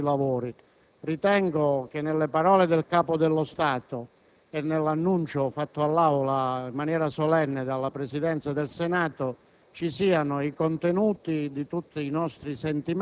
in maniera puntuale, in apertura dei nostri lavori. Ritengo che nelle parole del Capo dello Stato e nell'annuncio fatto all'Aula in maniera solenne dalla Presidenza del Senato